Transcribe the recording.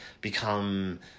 become